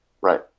Right